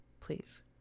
please